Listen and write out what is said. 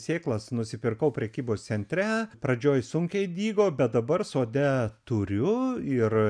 sėklas nusipirkau prekybos centre pradžioj sunkiai dygo bet dabar sode turiu ir